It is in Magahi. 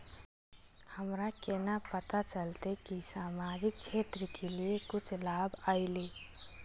हमरा केना पता चलते की सामाजिक क्षेत्र के लिए कुछ लाभ आयले?